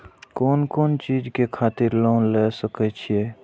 कोन कोन चीज के खातिर लोन ले सके छिए?